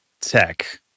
tech